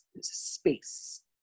space